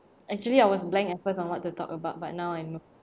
actually I was blank at first on what to talk about but now I know